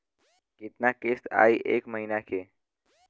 कितना किस्त आई एक महीना के?